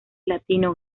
latino